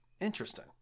Interesting